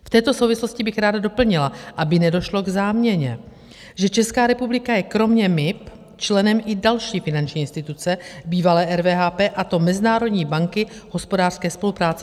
V této souvislosti bych ráda doplnila, aby nedošlo k záměně, že Česká republika je kromě MIB členem i další finanční instituce bývalé RVHP, a to Mezinárodní banky hospodářské spolupráce.